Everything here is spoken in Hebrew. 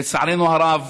לצערנו הרב,